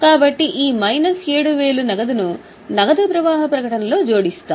కాబట్టి ఈ మైనస్ 7000 నగదు ను నగదు ప్రవాహ ప్రకటనలో జోడిస్తాము